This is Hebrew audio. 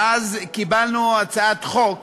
מאז קיבלנו הצעת חוק